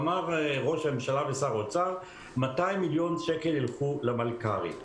אמרו ראש הממשלה ושר האוצר ש-200 מיליון שקל ילכו למלכ"רים.